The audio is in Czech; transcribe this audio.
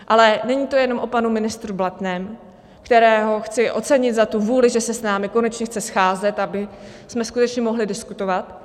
Ale není to jenom o panu ministru Blatném, kterého chci ocenit za tu vůli, že se s námi konečně chce scházet, abychom skutečně mohli diskutovat.